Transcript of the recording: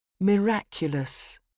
Miraculous